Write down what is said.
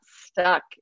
stuck